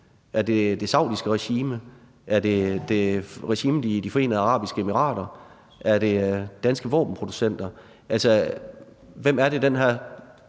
er det det saudiske regime, er det regimet i De Forenede Arabiske Emirater, er det danske våbenproducenter? Hvem er det, den her